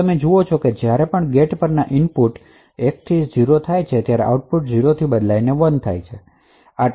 અને તમે જે જુઓ છો તે તે છે કે જ્યારે ગેટ પરના ઇનપુટ 1 થી 0 થાય છે ત્યારે આઉટપુટ 0 થી 1 માં બદલાય છે